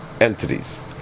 entities